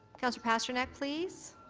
councillor pasternak, please.